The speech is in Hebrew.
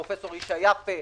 פרופסור ישי יפה,